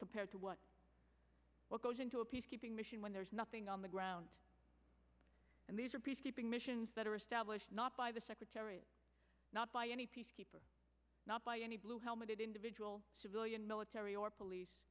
compared to what goes into a peacekeeping when there is nothing on the ground and these are peacekeeping missions that are established not by the secretary not by any peacekeeper not by any blue helmeted individual civilian military or police